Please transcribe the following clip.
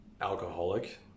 alcoholic